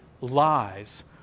lies